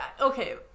Okay